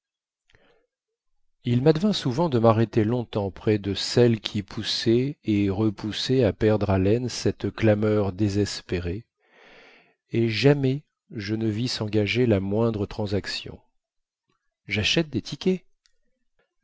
il madvint souvent de marrêter longtemps près de celle qui poussait et repoussait à perdre haleine cette clameur désespérée et jamais je ne vis sengager la moindre transaction jachète des tickets